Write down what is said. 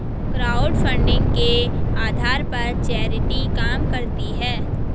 crowdfunding के आधार पर चैरिटी काम करती है